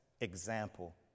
example